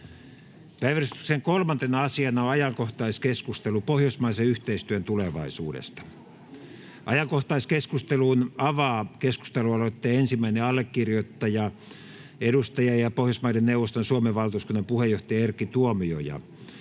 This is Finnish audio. Päiväjärjestyksen 3. asiana on ajankohtaiskeskustelu pohjoismaisen yhteistyön tulevaisuudesta. Ajankohtaiskeskustelun avaa keskustelualoitteen ensimmäinen allekirjoittaja, edustaja, Pohjoismaiden neuvoston Suomen valtuuskunnan puheenjohtaja Erkki Tuomioja.